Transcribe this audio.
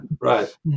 right